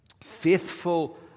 faithful